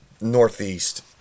northeast